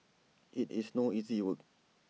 IT is no easy work